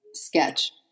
sketch